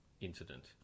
incident